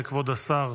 כבוד השר,